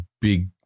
big